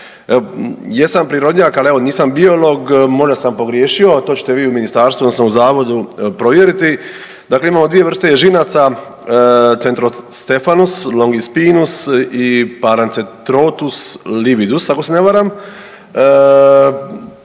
Jesam prirodnjak ali evo nisam biolog, možda sam pogriješio ali to ćete vi u ministarstvu odnosno u zavodu provjeriti. Dakle, imamo dvije vrste ježinaca Centrostephanus longispinus i Paracentrotus lividus ako se ne varam,